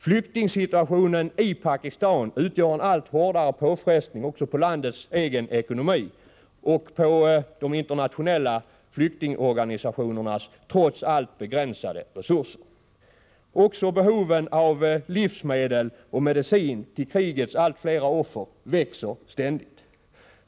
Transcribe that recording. Flyktingsituationen i Pakistan utgör en allt hårdare påfrestning också på landets egen ekonomi och på de internationella flyktingorganisationernas trots allt begränsade resurser. Också behovet av livsmedel och medicin till krigets allt fler offer växer ständigt.